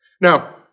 now